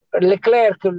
Leclerc